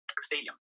Stadium